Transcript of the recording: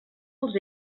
els